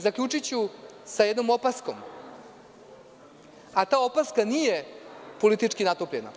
Zaključiću sa jednom opaskom, a ta opaska nije politički natopljena.